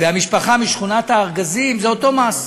והמשפחה משכונת-הארגזים הם אותו מס.